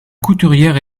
couturière